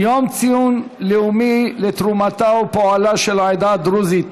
יום ציון לאומי לתרומתה ופועלה של העדה הדרוזית,